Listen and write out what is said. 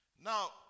Now